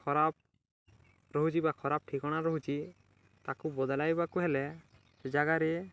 ଖରାପ ରହୁଛି ବା ଖରାପ ଠିକଣା ରହୁଛି ତାକୁ ବଦଲାଇବାକୁ ହେଲେ ସେ ଜାଗାରେ